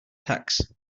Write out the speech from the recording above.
tacks